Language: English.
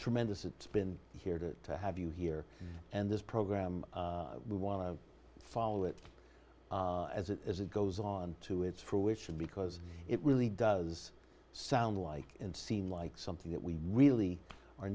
tremendous it's been here to have you here and this program we want to follow it as it goes on to its fruition because it really does sound like and seem like something that we really are